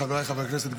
חבריי חברי הכנסת,